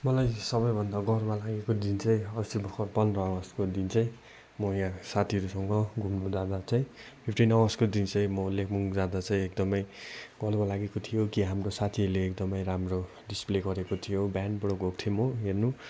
मलाई चाहिँ सबैभन्दा गर्व लागेको दिन चाहिँ अस्ति भर्खर पन्ध्र अगस्तको दिन चाहिँ म यहाँ साथीहरूसँग घुम्न जाँदा चाहिँ फिफ्टिन अगस्तको दिन चाहिँ म लेबुङ जाँदा चाहिँ एकदमै गर्व लागेको थियो कि हाम्रो साथीहरूले एकदमै राम्रो डिस्प्ले गरेको थियो ब्यान्डबाट गएको थिएँ म हेर्नु